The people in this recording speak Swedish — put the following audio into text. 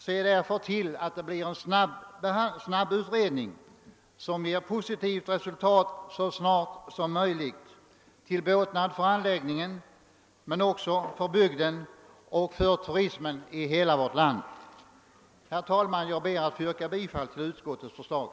Se därför till att det blir en snabb utredning, som ger ett positivt resultat så snart som möjligt till båtnad för anläggningen men också för bygden och för turismen i hela vårt land. Herr talman! Jag ber att få yrka bifall till utskottets hemställan.